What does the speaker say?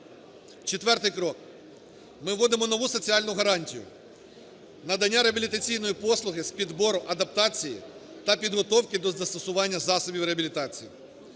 Четвертий крок. Ми вводимо нову соціальну гарантію, надання реабілітаційної послуги з підбору адаптації та підготовки до застосування засобів реабілітації.